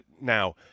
Now